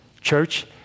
Church